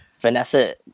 Vanessa